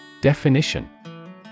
Definition